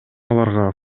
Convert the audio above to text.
аларга